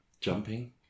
Jumping